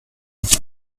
die